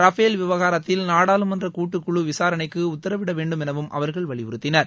Rafale விவகாரத்தில் நாடாளுமன்ற கூட்டுக்குழு விசாரணைக்கு உத்தரவிட வேண்டுமெனவும் அவர்கள் வலியுறுத்தினர்